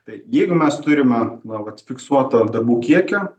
tai jeigu mes turime na vat fiksuoto darbų kiekio